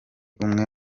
umwe